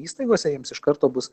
įstaigose jiems iš karto bus